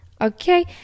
Okay